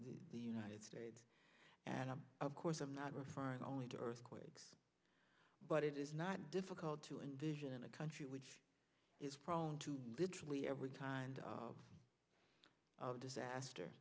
the united states and of course i'm not referring only to earthquakes but it is not difficult to envision a country which is prone to literally every time of disaster